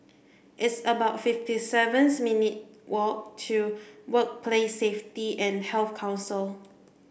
it's about fifty sevens minute walk to Workplace Safety and Health Council